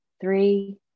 three